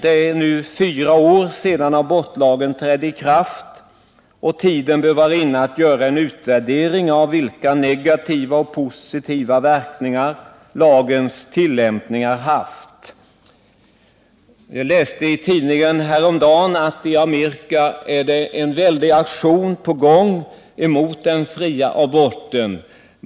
Det är nu fyra år sedan abortlagen trädde i kraft, och tiden bör vara inne att göra en utvärdering av vilka negativa och positiva verkningar som lagens tillämpning har haft. Jag läste häromdagen i tidningen att i Amerika en väldig aktion är på väg mot den fria aborten.